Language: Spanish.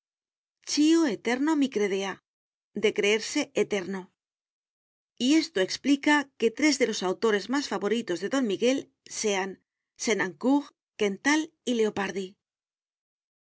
eterno mi credea de creerse eterno y esto explica que tres de los autores más favoritos de don miguel sean sénancour quental y leopardi